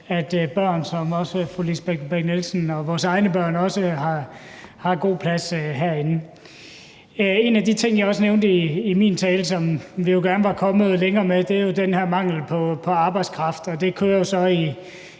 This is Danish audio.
at børn, som også fru Lisbeth Bech-Nielsen var inde på – også vores egne børn – har god plads herinde. En af de ting, jeg også nævnte i min tale, og som jeg gerne så at vi var kommet længere med, er den her mangel på arbejdskraft, og det kører så i